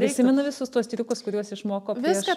įsimena visus tuos triukus kuriuos išmoko prieš